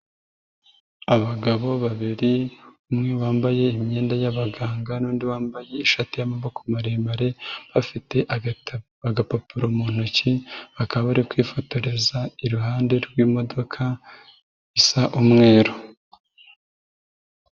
Abagabo babiri, umwe wambaye imyenda y'abaganga n'undi wambaye ishati y'amaboko maremare, bafite agapapuro mu ntoki, bakaba bari kwifotoreza iruhande rw'imodoka isa umweru.